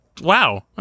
wow